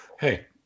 hey